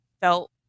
felt